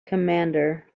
commander